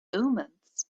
omens